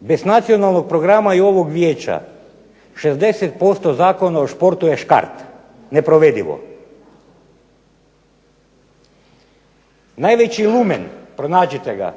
Bez nacionalnog programa i ovog vijeća 60% Zakona o športu je škart neprovedivo. Najveći lumen, pronađite ga,